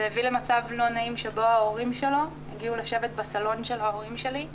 וזה הביא למצב לא נעים שבו ההורים שלו הגיעו לשבת בסלון של ההורים שלי,